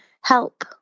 help